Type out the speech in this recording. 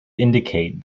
indicate